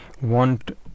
want